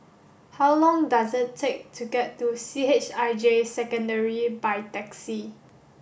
how long does it take to get to C H I J Secondary by taxi